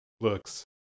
looks